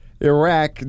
Iraq